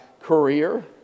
career